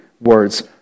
words